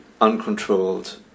uncontrolled